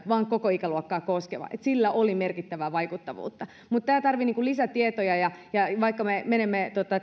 vaan koko ikäluokkaa koskeva oli merkittävää vaikuttavuutta mutta tämä tarvitsee lisätietoja ja vaikka me menemme